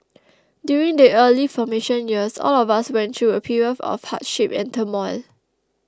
during the early formation years all of us went through a period of hardship and turmoil